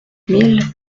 mille